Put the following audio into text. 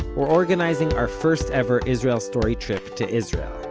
we're organizing our first-ever israel story trip to israel.